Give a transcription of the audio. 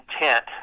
intent